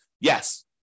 Yes